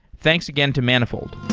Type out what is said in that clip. thanks again to manifold.